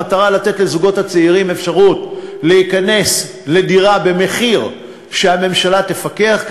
במטרה לתת לזוגות הצעירים אפשרות להיכנס לדירה במחיר שהממשלה תפקח עליו,